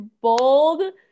bold